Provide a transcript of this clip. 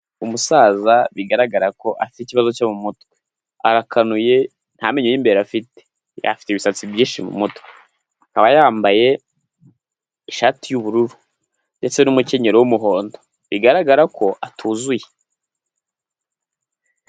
Umusaza bigaragara ko afite ikibazo cyo mu mutwe, arakanuye nta menyo y'imbere afite, afite ibisatsi byinshi mu mutwe, akaba yambaye ishati y'ubururu ndetse n'umukenyero w'umuhondo bigaragara ko atuzuye.